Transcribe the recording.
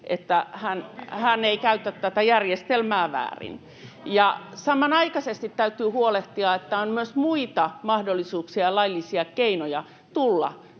että hän ei käytä tätä järjestelmää väärin. Samanaikaisesti täytyy huolehtia, että on myös muita mahdollisuuksia ja laillisia keinoja tulla